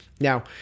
now